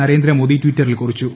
നരേന്ദ്ര മോദി ട്വിറ്ററിൽ കുറിച്ചു